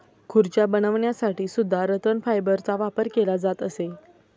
खुर्च्या बनवण्यासाठी सुद्धा रतन फायबरचा वापर केला जात असे